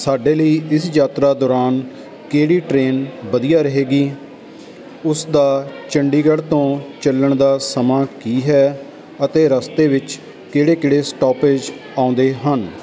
ਸਾਡੇ ਲਈ ਇਸ ਯਾਤਰਾ ਦੌਰਾਨ ਕਿਹੜੀ ਟਰੇਨ ਵਧੀਆ ਰਹੇਗੀ ਉਸਦਾ ਚੰਡੀਗੜ੍ਹ ਤੋਂ ਚੱਲਣ ਦਾ ਸਮਾਂ ਕੀ ਹੈ ਅਤੇ ਰਸਤੇ ਵਿੱਚ ਕਿਹੜੇ ਕਿਹੜੇ ਸਟੋਪੇਜ ਆਉਂਦੇ ਹਨ